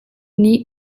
nih